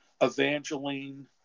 Evangeline